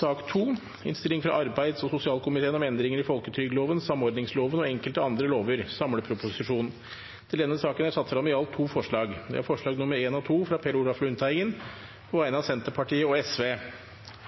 Under debatten er det satt frem to forslag. Det er forslagene nr. 1 og 2, fra Per Olaf Lundteigen på vegne av Senterpartiet og